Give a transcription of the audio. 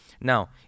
Now